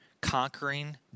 conquering